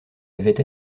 avaient